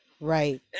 Right